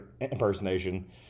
impersonation